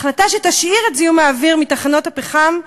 החלטה שתשאיר את זיהום האוויר מתחנות הפחם,